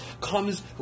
comes